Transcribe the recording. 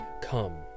come